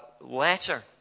letter